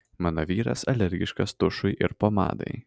mano vyras alergiškas tušui ir pomadai